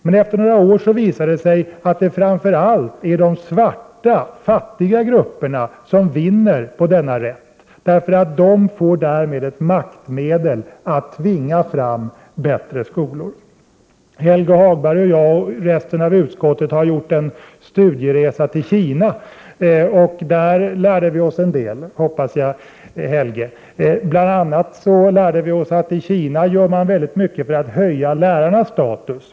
Men efter några år visar det sig att det framför allt är de svarta fattiga grupperna som vinner på denna rätt, därför att de därigenom får ett maktmedel att tvinga fram bättre skolor. Helge Hagberg och jag, liksom övriga utskottsledamöter, gjorde en studieresa till Kina. Där lärde vi oss en del, hoppas jag. Bl.a. lärde vi oss att i Kina gör man väldigt mycket för att höja lärarnas status.